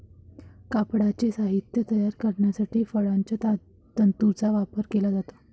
कापडाचे साहित्य तयार करण्यासाठी फळांच्या तंतूंचा वापर केला जातो